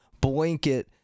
blanket